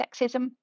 sexism